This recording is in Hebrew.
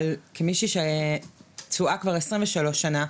אבל כמישהי שפצועה כבר 23 שנה,